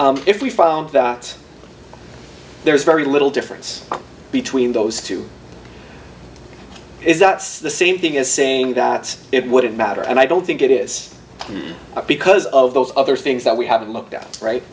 this if we found that there's very little difference between those two is that the same thing as saying that it wouldn't matter and i don't think it is because of those other things that we haven't looked at right